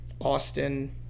Austin